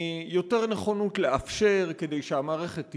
יותר נכונות לאפשר כדי שהמערכת תפעל,